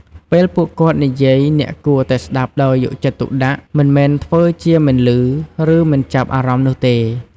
ពេលពួកគាត់និយាយ អ្នកគួរតែស្ដាប់ដោយយកចិត្តទុកដាក់ មិនមែនធ្វើជាមិនឮ ឬមិនចាប់អារម្មណ៍នោះទេ។